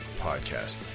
podcast